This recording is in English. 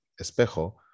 Espejo